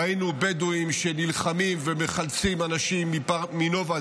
ראינו בדואים שנלחמים ומחלצים אנשים מנובה,